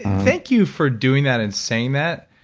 thank you for doing that and saying that.